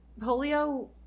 polio